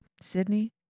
Sydney